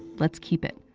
let's keep it.